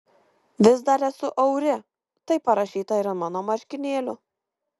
vis dar esu auri taip parašyta ir ant mano marškinėlių